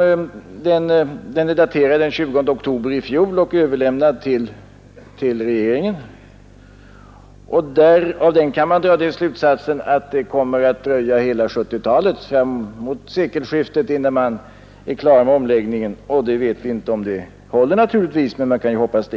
är daterad den 20 83 oktober i fjol och undertecknad av verkschefen tillsammans med en konsult, kan man dra slutsatsen att det kommer att dröja hela 1970-talet innan omläggningen är klar. Vi vet naturligtvis inte ens om det håller, men man kan ju hoppas.